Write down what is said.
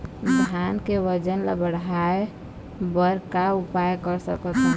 धान के वजन ला बढ़ाएं बर का उपाय कर सकथन?